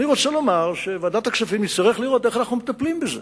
אני רוצה לומר שבוועדת הכספים נצטרך לראות איך אנחנו מטפלים בזה